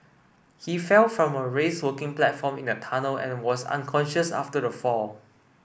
he fell from a raised working platform in the tunnel and was unconscious after the fall